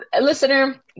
listener